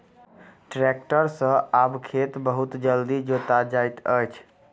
tractor सॅ आब खेत बहुत जल्दी जोता जाइत अछि